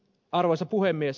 arvoisa puhemies